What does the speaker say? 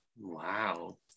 Wow